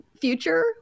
future